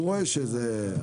הוא רואה ש ---.